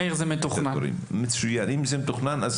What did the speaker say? מאיר, זה מתוכנן.